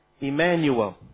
Emmanuel